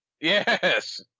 Yes